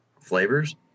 flavors